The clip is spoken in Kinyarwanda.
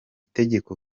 tegeko